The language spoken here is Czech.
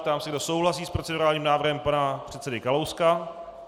Ptám se, kdo souhlasí s procedurálním návrhem pana předsedy Kalouska.